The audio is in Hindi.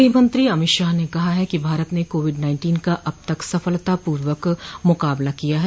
गृहमंत्री अमित शाह ने कहा है कि भारत ने कोविड का अब तक सफलतापूर्वक मुकाबला किया है